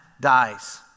dies